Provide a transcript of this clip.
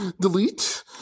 delete